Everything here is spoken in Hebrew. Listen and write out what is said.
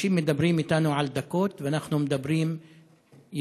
אנשים מדברים אתנו על דקות, ואנחנו מדברים ילדים.